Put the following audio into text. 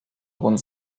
rund